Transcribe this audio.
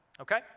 Okay